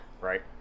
Right